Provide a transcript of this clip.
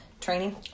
training